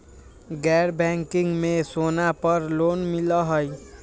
गैर बैंकिंग में सोना पर लोन मिलहई?